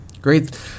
Great